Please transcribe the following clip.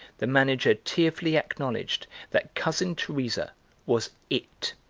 the manager tearfully acknowledged that cousin teresa was it.